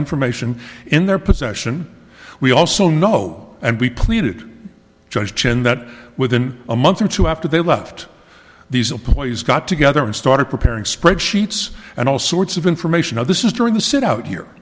information in their possession we also know and we pleaded judge chen that within a month or two after they left these employees got together and started preparing spreadsheets and all sorts of information this is during the sit out here